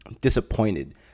disappointed